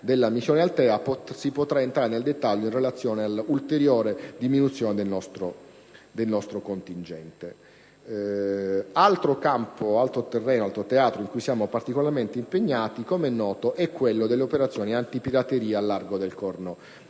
nostro contingente. Un altro campo in cui siamo particolarmente impegnati, com'è noto, è quello delle operazioni antipirateria al largo del Corno